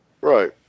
Right